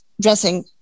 dressing